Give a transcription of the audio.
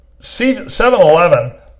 7-Eleven